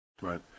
Right